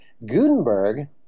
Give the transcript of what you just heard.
Gutenberg